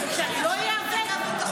שאני לא איאבק?